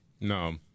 No